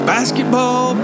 Basketball